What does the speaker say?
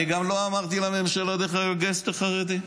גם לא אמרתי לממשלה, דרך אגב, לגייס את החרדים,